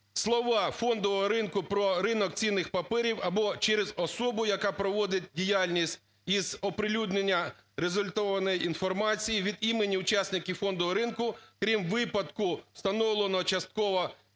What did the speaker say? слова "Фондового ринку про ринок цінних паперів або через особу, яка проводить діяльність із оприлюднення регульованої інформації від імені учасників фондового ринку, крім випадку, встановленого частиною